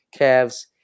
Cavs